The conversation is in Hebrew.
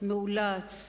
מאולץ,